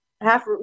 half